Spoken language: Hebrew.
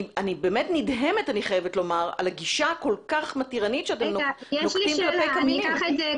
אני באמת נדהמת על הגישה המתירנית כל כך שאתם נוקטים כלפי קמינים.